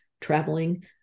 traveling